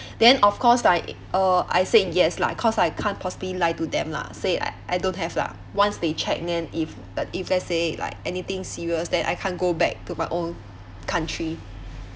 then of course I uh I said yes lah cause I can't possibly lie to them lah say I I don't have lah once they check then if uh if let's say like anything serious then I can't go back to my own country